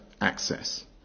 access